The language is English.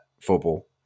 football